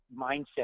mindset